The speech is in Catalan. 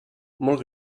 molt